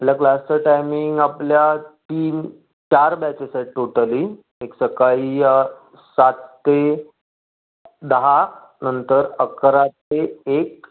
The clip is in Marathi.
आपल्या क्लासचं टायमिंग आपल्या तीन चार बॅचेस आहेत टोटली एक सकाळी सात ते दहा नंतर अकरा ते एक